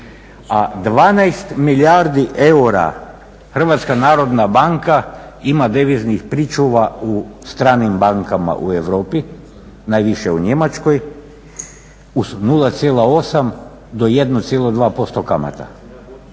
a 12 milijardi eura HNB ima deviznih pričuva u stranim bankama u Europi, najviše u Njemačkoj, uz 0,8 do 1,2% kamata.